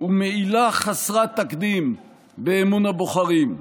ומעילה חסרת תקדים באמון הבוחרים.